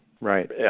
right